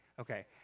Okay